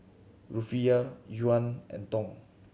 Rufiyaa Yuan and Dong